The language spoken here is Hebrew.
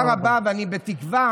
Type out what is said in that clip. תודה רבה, ואני בתקווה